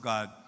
God